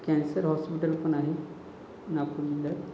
cancer hospital पण आहे नागपूरमध्ये